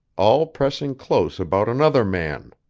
all pressing close about another man.